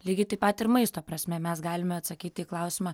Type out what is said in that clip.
lygiai taip pat ir maisto prasme mes galime atsakyti į klausimą